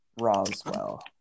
Roswell